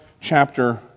chapter